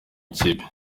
ikipe